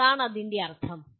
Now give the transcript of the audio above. എന്താണ് ഇതിന്റെ അർത്ഥം